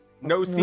No